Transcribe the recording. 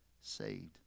saved